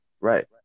Right